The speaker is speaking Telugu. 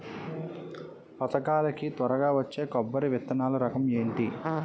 పథకాల కి త్వరగా వచ్చే కొబ్బరి విత్తనాలు రకం ఏంటి?